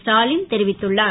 ஸ்டாலின் தெரிவித்துள்ளார்